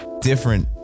different